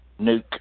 Nuke